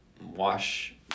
wash